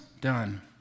done